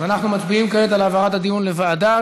אנחנו מצביעים כעת על העברת הדיון לוועדה,